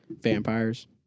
vampires